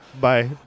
Bye